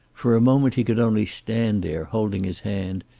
for a moment he could only stand there, holding his hand,